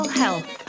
health